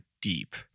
deep